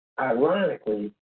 ironically